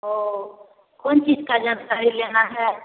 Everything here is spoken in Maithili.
ओ कोन चीज का जानकारी लेना है